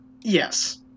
Yes